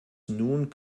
nun